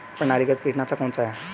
प्रणालीगत कीटनाशक कौन सा है?